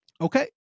okay